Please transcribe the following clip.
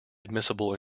admissible